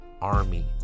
Army